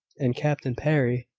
and captain parry.